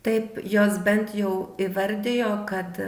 taip jos bent jau įvardijo kad